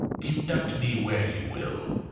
conduct me where you will.